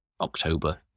October